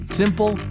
simple